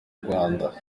rwanda